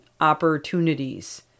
opportunities